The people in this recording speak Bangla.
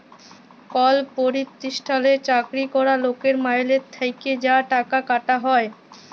কল পরতিষ্ঠালে চাকরি ক্যরা লকের মাইলে থ্যাকে যা টাকা কাটা হ্যয়